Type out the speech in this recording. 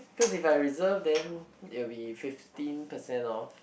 cause if I reserved then will be fifteen percent off